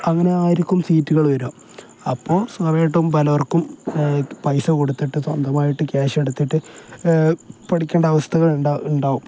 അങ്ങനെ ആയിരിക്കും സീറ്റുകൾ വരിക അപ്പോൾ സ്വാഭാവികമായിട്ടും പലവർക്കും പൈസ കൊടുത്തിട്ട് സ്വന്തമായിട്ട് ക്യാഷ് എടുത്തിട്ട് പഠിക്കേണ്ട അവസ്ഥകൾ ഉണ്ടാവും